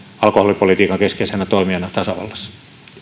alkoholipolitiikan keskeisenä toimijana tasavallassa